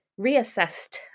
reassessed